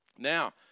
Now